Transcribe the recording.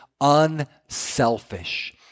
unselfish